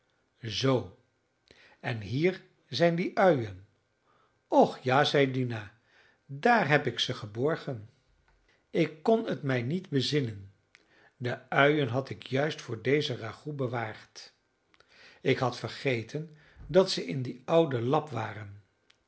zoo en hier zijn die uien och ja zeide dina daar heb ik ze geborgen ik kon het mij niet bezinnen de uien had ik juist voor dezen ragout bewaard ik had vergeten dat ze in dien ouden lap waren